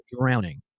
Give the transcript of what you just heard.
drowning